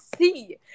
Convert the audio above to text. see